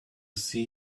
see